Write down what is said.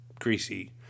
greasy